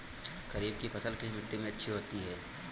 खरीफ की फसल किस मिट्टी में अच्छी होती है?